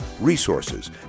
resources